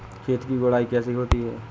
खेत की गुड़ाई कैसे होती हैं?